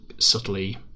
subtly